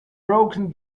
broken